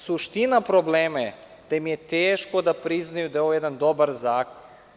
Suština problema je da im je teško da priznaju da je ovo jedan dobar zakon.